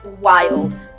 wild